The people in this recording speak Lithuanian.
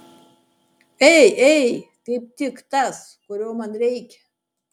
ei ei kaip tik tas kurio man reikia